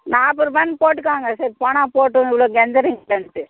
நாற்பதுருபானு போட்டுக்கோங்கள் சேரி போனா போட்டும் இவ்வளோ கெஞ்சுறீங்களேன்ட்டு